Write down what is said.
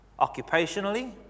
occupationally